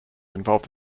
involved